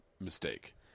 mistake